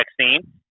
vaccine